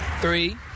Three